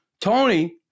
Tony